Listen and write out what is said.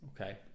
okay